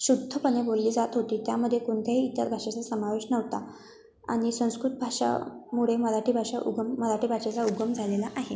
शुद्धपणे बोलली जात होती त्यामध्ये कोणत्याही इतर भाषेचा समावेश नव्हता आणि संस्कृत भाषेमुळे मराठी भाषा उगम मराठी भाषेचा उगम झालेला आहे